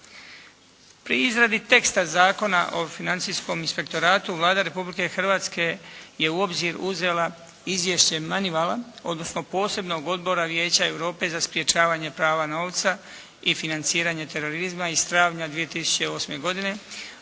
Pri izradi teksta Zakona o Financijskom inspektoratu Vlada Republike Hrvatske je u obzir uzela izvješće Manivala walla odnosno posebnog odbora Vijeća Europe za sprječavanje pranja novca i financiranje terorizma iz travnja 2008. godine.